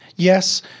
Yes